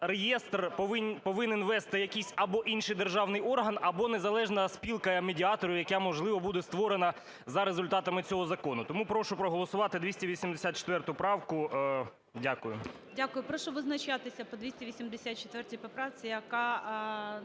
реєстр повинен вести якийсь або інший державний орган, або незалежна спілка медіаторів, яка, можливо, буде створена за результатами цього закону. Тому прошу проголосувати 284 правку. Дякую.